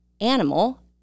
animal